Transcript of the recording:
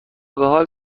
بحال